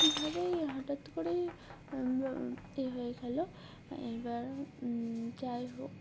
কীভাবেই হঠাৎ করেই ই হয়ে গেল এবার যাই হোক